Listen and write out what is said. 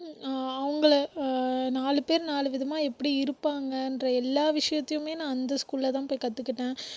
அவங்கள நாலு பேர் நாலு விதமாக எப்படி இருப்பாங்கன்ற எல்லா விஷயத்தையுமே நான் அந்த ஸ்கூலில்தான் போய் கற்றுக்கிட்டேன்